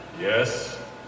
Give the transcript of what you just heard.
Yes